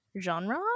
genre